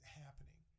happening